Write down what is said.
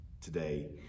today